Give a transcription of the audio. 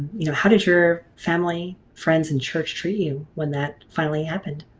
you know how did your family friends and church treat you when that finally happened?